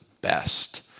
best